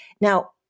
Now